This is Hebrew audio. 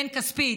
בן כספית,